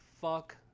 fuck